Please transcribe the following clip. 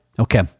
Okay